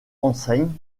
enseigne